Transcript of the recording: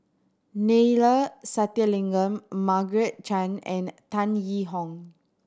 Neila Sathyalingam Margaret Chan and Tan Yee Hong